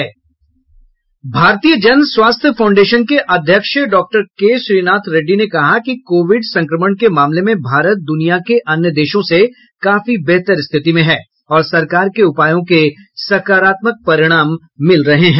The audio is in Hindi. भारतीय जन स्वास्थ्य फाउंडेशन के अध्यक्ष डॉक्टर के श्रीनाथ रेड्डी ने कहा कि कोविड संक्रमण के मामले में भारत दुनिया के अन्य देशों से काफी बेहतर स्थिति में है और सरकार के उपायों के सकारात्मक परिणाम मिल रहे हैं